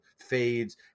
fades